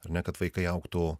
ar ne kad vaikai augtų